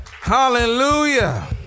Hallelujah